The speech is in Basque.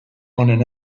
honen